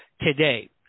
today